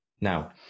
Now